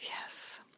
Yes